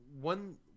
one